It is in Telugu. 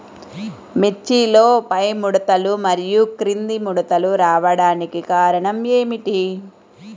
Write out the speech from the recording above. మిర్చిలో పైముడతలు మరియు క్రింది ముడతలు రావడానికి కారణం ఏమిటి?